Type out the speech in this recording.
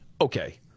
Okay